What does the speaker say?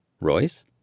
Royce